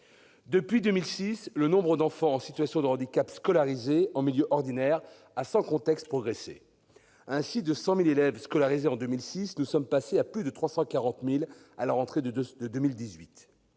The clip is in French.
Depuis 2006, le nombre d'enfants en situation de handicap scolarisés en milieu ordinaire a progressé sans conteste. Ainsi, de 100 000 élèves scolarisés en 2006, nous sommes passés à plus de 340 000 à la rentrée 2018.